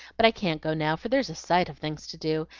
but i can't go now, for there's a sight of things to do,